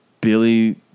Billy